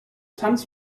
tanz